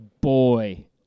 boy